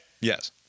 yes